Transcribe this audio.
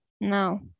No